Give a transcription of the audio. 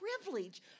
privilege